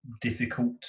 difficult